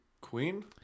queen